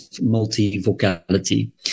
multi-vocality